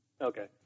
Okay